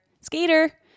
skater